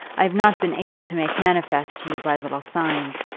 i have not been able to make manifest to you by little signs,